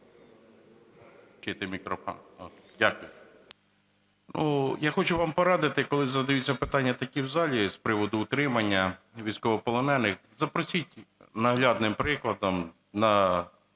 Я хочу вам порадити, коли задаються питання такі в залі з приводу утримання військовополонених, запросіть наглядним прикладом,